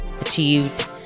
Achieved